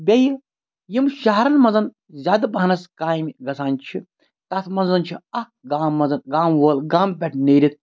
بیٚیہِ یِم شہرن منٛز زیادٕ پَہنَس کامہِ گَژھان چھِ تَتھ منٛز چھِ اَکھ گامہٕ منٛز گامہٕ وول گامہٕ پیٚٹھ نیٖرِتھ